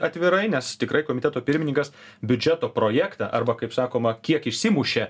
atvirai nes tikrai komiteto pirmininkas biudžeto projektą arba kaip sakoma kiek išsimušė